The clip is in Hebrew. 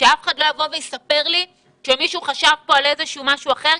ושאף אחד לא יבוא ויספר לי שמישהו חשב פה על איזשהו משהו אחר,